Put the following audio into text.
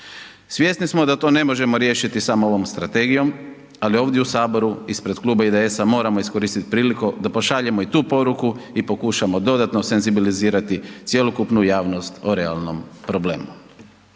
Svjesni smo da to ne možemo riješiti samo ovom Strategijom, ali ovdje u Saboru, ispred Kluba IDS-a moramo iskoristiti priliku da pošaljemo i tu poruku i pokušamo dodatno senzibilizirati cjelokupnu javnost o realnom problemu.